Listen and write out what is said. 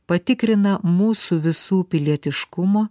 patikrina mūsų visų pilietiškumo